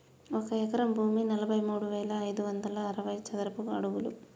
ఒక ఎకరం భూమి నలభై మూడు వేల ఐదు వందల అరవై చదరపు అడుగులు